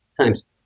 times